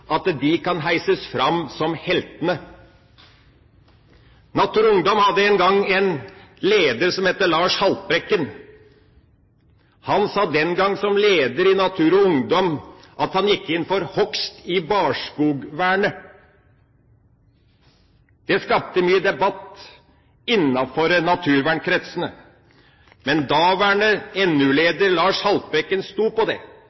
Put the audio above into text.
kan heises fram som heltene. Natur og Ungdom hadde en gang en leder som het Lars Haltbrekken. Han sa den gang som leder i Natur og Ungdom at han gikk inn for hogst i barskogvernet. Det skapte mye debatt innenfor naturvernkretsene. Men daværende NU-leder Lars Haltbrekken sto på det: